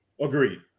Agreed